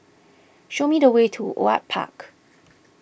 show me the way to Ewart Park